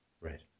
Right